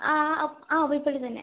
അ അ പുൽപ്പള്ളി തന്നെ